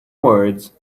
words